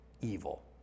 evil